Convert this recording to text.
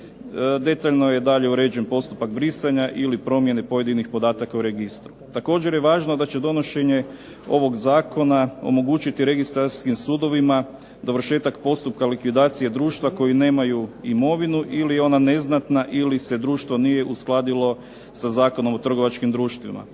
Detaljno je dalje uređen postupak brisanja ili promjene pojedinih podatak u registru. Također je važno da će donošenje ovog zakona omogućiti registarskim sudovima dovršetak postupka likvidacije društva koji nemaju imovinu ili ona neznatna, ili se društvo nije uskladilo sa Zakonom o trgovačkim društvima.